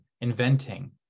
inventing